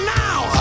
now